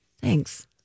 Thanks